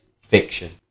fiction